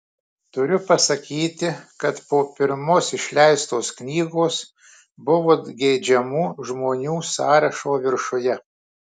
turiu pasakyti kad po pirmos išleistos knygos buvot geidžiamų žmonių sąrašo viršuje